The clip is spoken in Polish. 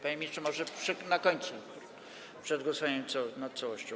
Panie ministrze, może na końcu, przed głosowaniem nad całością.